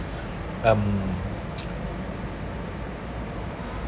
um